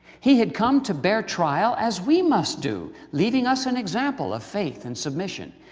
he had come to bear trial as we must do, leaving us an example of faith and submission.